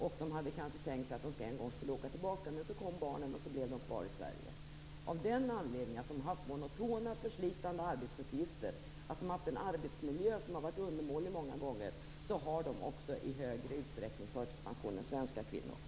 Kanske hade de tänkt sig att en gång åka tillbaka till sina hemländer, men så föddes barnen och de blev kvar i Sverige. På grund av att de haft monotona och förslitande arbetsuppgifter och av att de haft en arbetsmiljö som många gånger har varit undermålig har de också i större utsträckning förtidspensionerats jämfört med svenska kvinnor.